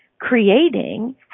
creating